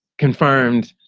confirmed,